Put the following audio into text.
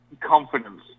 confidence